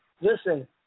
Listen